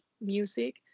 music